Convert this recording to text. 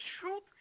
truth